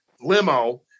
limo